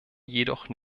jedoch